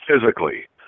physically